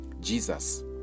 jesus